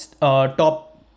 top